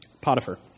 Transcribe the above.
Potiphar